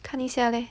看一下 leh